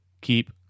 keep